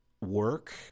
work